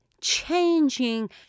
changing